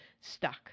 stuck